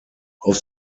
auf